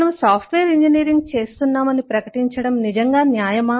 మనము software engineering చేస్తున్నామని ప్రకటించడం నిజంగా న్యాయమా